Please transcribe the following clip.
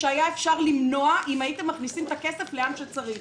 שהיה אפשר למנוע אם הייתם מכניסים את הכסף לאן שצריך.